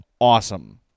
awesome